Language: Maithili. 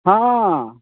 हँ